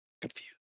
Confused